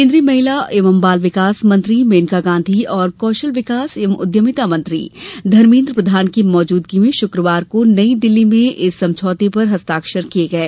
केंद्रीय महिला एवं बाल विकास मंत्री मेनका गांधी और कौशल विकास एवं उद्यमिता मंत्री धमेंद्र प्रधान की मौजूदगी में शुक्रवार को नई दिल्ली में इस समझौते पर हस्ताक्षर किये गये